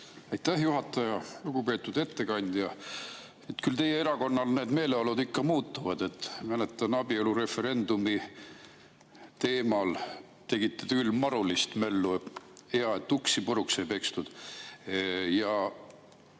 Aitäh, juhataja! Lugupeetud ettekandja! Küll teie erakonnal need meeleolud ikka muutuvad. Mäletan, et abielureferendumi teemal tegite marulist möllu. Hea, et uksi puruks ei pekstud.